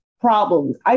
problems